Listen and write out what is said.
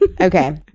Okay